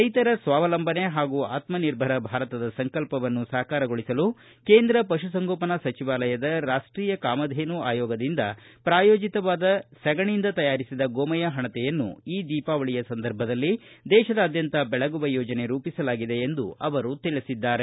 ರೈತರ ಸ್ವಾವಲಂಬನೆ ಹಾಗೂ ಆಕ್ಮ ನಿರ್ಭರ್ ಭಾರತದ ಸಂಕಲ್ಪವನ್ನು ಸಾಕಾರಗೊಳಿಸಲು ಕೇಂದ್ರ ಪಶು ಸಂಗೋಪನಾ ಸಚಿವಾಲಯದ ರಾಷ್ಷೀಯ ಕಾಮಧೇನು ಆಯೋಗದಿಂದ ಪ್ರಾಯೋಜಿತವಾದ ಸಗಣಿಯಿಂದ ತಯಾರಿಸಿದ ಗೋಮಯ ಪಣತೆಯನ್ನು ಈ ದೀಪಾವಳಿಯ ಸಂದರ್ಭದಲ್ಲಿ ದೇಶದಾದ್ಯಂತ ಬೆಳಗುವ ಯೋಜನೆ ರೂಪಿಸಲಾಗಿದೆ ಎಂದು ಅವರು ತಿಳಿಸಿದ್ದಾರೆ